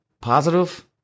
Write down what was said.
Positive